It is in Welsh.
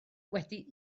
wedi